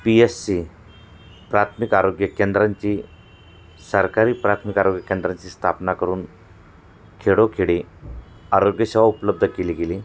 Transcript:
P S C प्राथमिक आरोग्य केंद्रांची सरकारी प्राथमिक आरोग्य केंद्रांची स्थापना करून खेडोखेडी आरोग्यसेवा उपलब्ध केली गेली